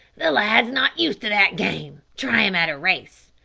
the lad's not used to that game, try him at a race.